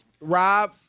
Rob